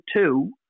two